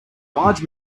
large